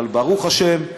אבל ברוך השם,